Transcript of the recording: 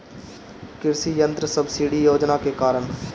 कृषि यंत्र सब्सिडी योजना के कारण?